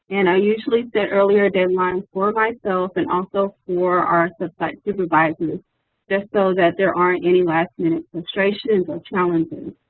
and i usually set earlier deadlines for myself and also for our sub-site supervisors just so that there aren't any last-minute frustrations or challenges.